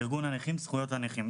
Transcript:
אני מארגון הנכים זכויות הנכים.